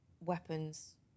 weapons